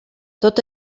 tot